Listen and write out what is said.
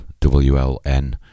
wln